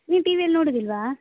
ನೀನು ಟಿ ವಿಯಲ್ಲಿ ನೋಡೋದಿಲ್ವಾ